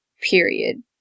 period